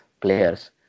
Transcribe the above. players